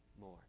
more